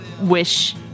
wish